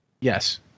Yes